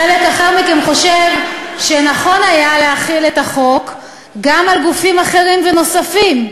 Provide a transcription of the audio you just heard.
חלק אחר מכם חושב שנכון היה להחיל את החוק גם על גופים אחרים ונוספים.